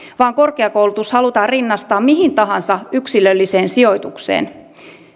vaan korkeakoulutus halutaan rinnastaa mihin tahansa yksilölliseen sijoitukseen